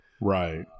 Right